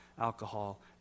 alcohol